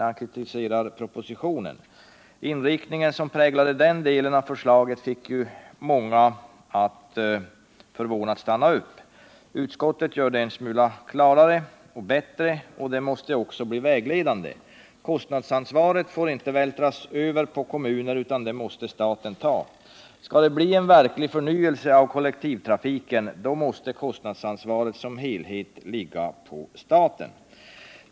Den inriktning som präglade den delen av förslaget fick många att förvånat stanna upp. Utskottets förslag är en smula klarare och bättre, och det måste bli vägledande. Kostnadsansvaret får inte vältras över på kommunen utan det måste staten ta. Skall det bli en verklig förnyelse av kollektivtrafiken måste kostnadsansvaret som helhet ligga på staten.